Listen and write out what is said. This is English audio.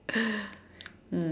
hmm